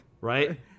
right